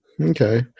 Okay